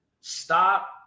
stop